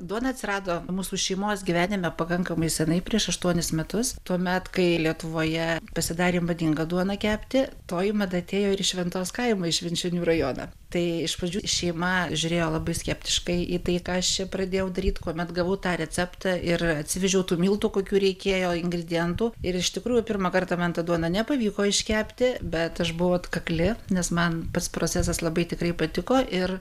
duona atsirado mūsų šeimos gyvenime pakankamai seniai prieš aštuonis metus tuomet kai lietuvoje pasidarė madinga duoną kepti toji mada atėjo ir į šventos kaimą į švenčionių rajoną tai iš pradžių šeima žiūrėjo labai skeptiškai į tai ką aš čia pradėjau daryt kuomet gavau tą receptą ir atsivežiau tų miltų kokių reikėjo ingredientų ir iš tikrųjų pirmą kartą man tą duoną nepavyko iškepti bet aš buvau atkakli nes man pats procesas labai tikrai patiko ir